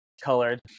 colored